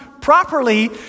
properly